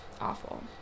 awful